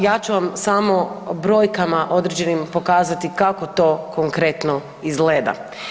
Ja ću vam samo brojkama određenim pokazati kako to konkretno izgleda.